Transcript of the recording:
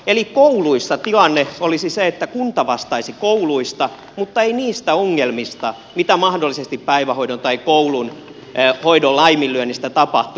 eli kouluissa tilanne olisi se että kunta vastaisi kouluista mutta ei niistä ongelmista mitä mahdollisesti päivähoidon tai koulun hoidon laiminlyönnistä tapahtuu